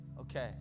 okay